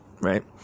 right